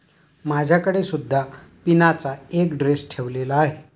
माझ्याकडे सुद्धा पिनाचा एक ड्रेस ठेवलेला आहे